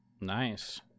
Nice